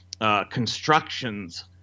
constructions